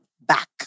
back